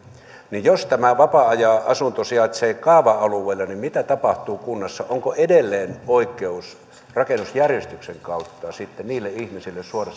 niin jos tämä vapaa ajanasunto sijaitsee kaava alueella niin mitä tapahtuu kunnassa onko edelleen oikeus rakennusjärjestyksen kautta sitten niille ihmisille suoda